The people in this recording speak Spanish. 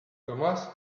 tomás